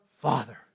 Father